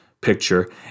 Picture